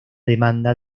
demanda